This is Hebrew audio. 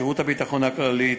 שירות הביטחון הכללי,